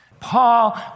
Paul